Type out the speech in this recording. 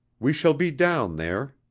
we shall be down there.